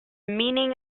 meaning